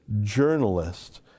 journalist